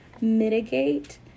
mitigate